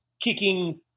kicking